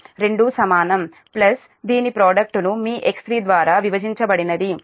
2 రెండు సమానం ప్లస్ దీని ప్రోడక్ట్ ను మీ X3 ద్వారా విభజించబడినది అది మీ 0